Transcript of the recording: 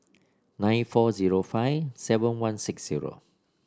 nine four zero five seven one six zero